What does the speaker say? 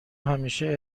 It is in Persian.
همیشه